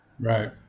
right